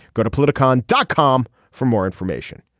go to politico on dot com for more information.